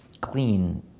clean